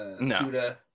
No